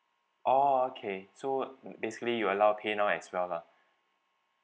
oh okay so basically you allow paynow as well lah